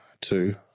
Two